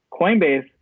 Coinbase